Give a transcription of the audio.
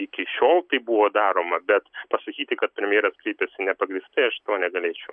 iki šiol tai buvo daroma bet pasakyti kad premjeras kreipėsi nepagrįstai aš to negalėčiau